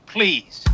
Please